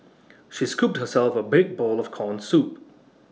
she scooped herself A big bowl of Corn Soup